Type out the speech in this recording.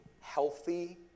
healthy